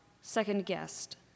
second-guessed